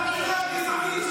אצלכם?